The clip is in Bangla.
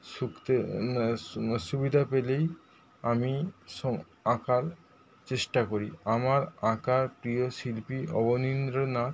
শুঁকতে সুবিধা পেলেই আমি আঁকার চেষ্টা করি আমার আঁকার প্রিয় শিল্পী অবনীন্দ্রনাথ